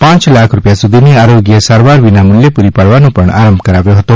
પાંચ લાખ સુધીની આરોગ્ય સારવાર વિનામૂલ્યે પૂરી પાડવાનો પણ આરંભ કરાવ્યો હતો